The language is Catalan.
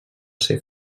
ser